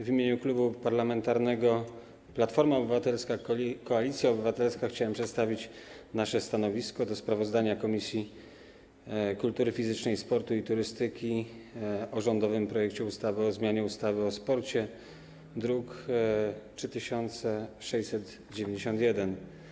W imieniu Klubu Parlamentarnego Platforma Obywatelska - Koalicja Obywatelska chciałem przedstawić nasze stanowisko wobec sprawozdania Komisji Kultury Fizycznej, Sportu i Turystyki o rządowym projekcie ustawy o zmianie ustawy o sporcie, druk nr 3691.